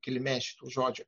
kilmė šitų žodžių